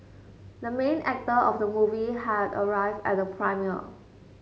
the main actor of the movie had arrived at the premiere